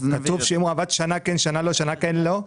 כתוב שאם הוא עבד שנה כן, שנה לא, הוא עף.